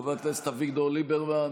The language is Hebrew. חבר הכנסת אביגדור ליברמן,